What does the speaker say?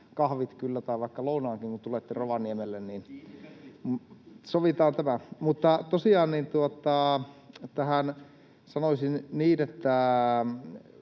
kahvit kyllä tai vaikka lounaankin, kun tulette Rovaniemelle. [Aki Lindén: Kiinni